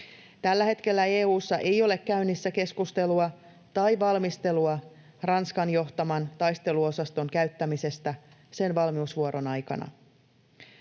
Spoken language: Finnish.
Tällä hetkellä EU:ssa ei ole käynnissä keskustelua tai valmistelua Ranskan johtaman taisteluosaston käyttämisestä sen valmiusvuoron aikana.